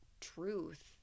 truth